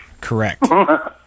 Correct